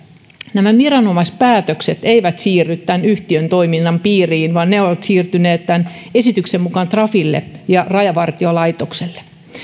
nämä viranomaispäätökset eivät siirry tämän yhtiön toiminnan piiriin vaan ne siirtyvät tämän esityksen mukaan trafille ja rajavartiolaitokselle